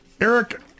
Eric